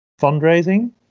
fundraising